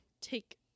take